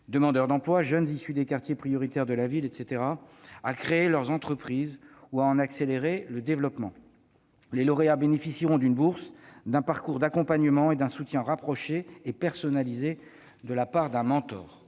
demandeurs d'emploi, jeunes issus des quartiers prioritaires de la ville, etc. -à créer leur entreprise ou à en accélérer le développement. Les lauréats bénéficieront d'une bourse, d'un parcours d'accompagnement et d'un soutien rapproché et personnalisé de la part d'un mentor.